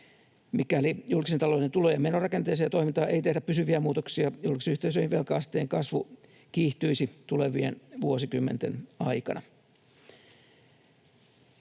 Mikäli julkisen talouden tulo‑ ja menorakenteeseen ja toimintaan ei tehdä pysyviä muutoksia, julkisyhteisöjen velka-asteen kasvu kiihtyisi tulevien vuosikymmenten aikana.